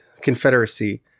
confederacy